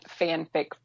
fanfic